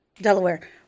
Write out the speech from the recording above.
Delaware